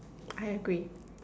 I agree